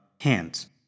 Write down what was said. hands